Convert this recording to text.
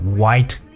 white